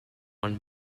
one